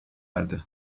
erdi